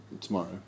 Tomorrow